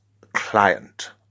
client